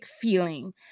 feeling